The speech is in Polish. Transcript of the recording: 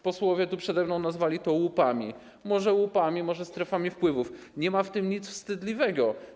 Posłowie występujący tu przede mną nazywali to łupami - może łupami, może strefami wpływów, nie ma w tym nic wstydliwego.